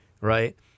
Right